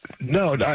No